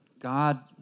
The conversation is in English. God